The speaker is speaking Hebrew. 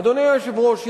אדוני היושב-ראש,